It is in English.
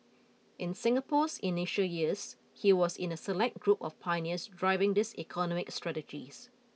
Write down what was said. in Singapore's initial years he was in a select group of pioneers driving this economic strategies